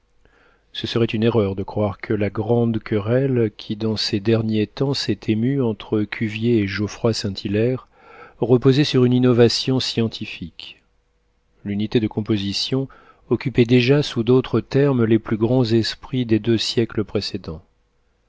ce serait une erreur de croire que la grande querelle qui dans ces derniers temps s'est émue entre cuvier et geoffroi saint-hilaire reposait sur une innovation scientifique l'unité de composition occupait déjà sous d'autres termes les plus grands esprits des deux siècles précédents